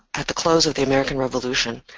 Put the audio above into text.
at the close of the american revolution,